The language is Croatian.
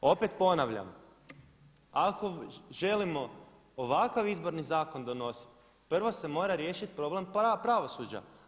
Opet ponavljam, ako želimo ovakav izborni zakon donositi prvo se mora riješiti problem pravosuđa.